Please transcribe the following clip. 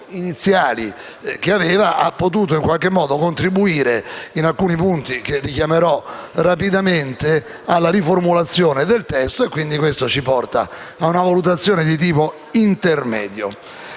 iniziali che aveva, ha potuto in qualche modo contribuire in alcuni punti, che richiamerò rapidamente, alla riformulazione del testo: questo ci porta ad una valutazione di tipo intermedio.